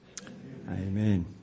Amen